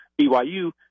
BYU